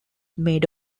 maid